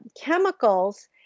chemicals